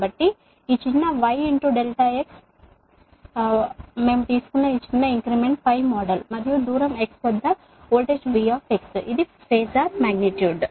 కాబట్టి ఈ చిన్న y ∆x అంటే మేము తీసుకున్న ఈ చిన్న ఇంక్రిమెంట్ π మోడల్ మరియు దూరం x వద్ద వోల్టేజ్ V ఇవి ఫాజర్ మాగ్నిట్యూడ్